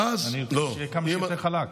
אני רוצה שיהיה כמה שיותר חלק.